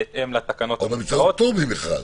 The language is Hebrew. בהתאם לתקנות -- אבל הן צריכות פטור ממכרז.